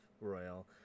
Royal